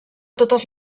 totes